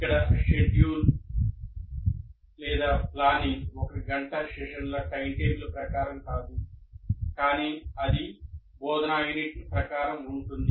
ఇక్కడ schedule planning ఒక గంట సెషన్ల టైమ్టేబుల్ ప్రకారం కాదు కానీ అది బోధనా యూనిట్ ప్రకారం ఉంటుంది